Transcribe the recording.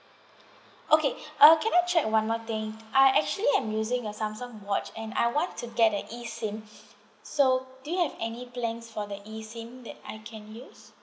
okay uh can I check one more thing uh actually I'm using a Samsung watch and I want to get a E SIM so do you have any plans for the E SIM that I can use